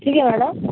ठीक आहे मॅडम